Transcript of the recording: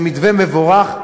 זה מתווה מבורך,